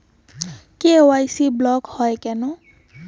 KYC block হয় কেনে?